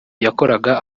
yakoraga